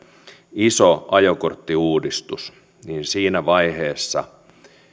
iso ajokorttiuudistus niin siinä vaiheessa